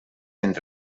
entre